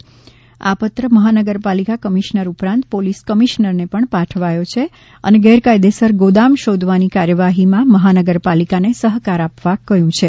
તેમણે આ પત્ર મહાનગરપાલિકા કમિશ્નર ઉપરાંત પોલિસ કમિશ્નરને પણ પાઠવ્યો છે અને ગેરકાયદેસર ગોદામ શોધવાની કાર્યવાહીમાં મહાનગરપાલિકાને સહકાર આપવા કહ્યું છે